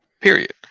period